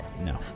No